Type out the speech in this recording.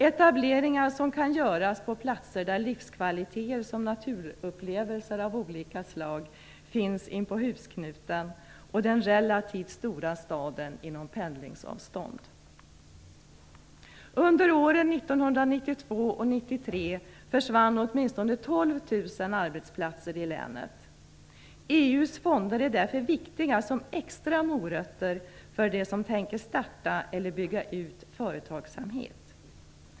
Etableringar kan göras på platser där livskvaliteter som naturupplevelser av olika slag finns inpå husknuten och den relativt stora staden kan nås på pendelavstånd. Under åren 1992-93 försvann åtminstone 12 000 arbetsplatser i länet. EU:s fonder är därför viktiga som extra morötter för dem som tänker starta eller bygga ut företagsamhet.